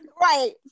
Right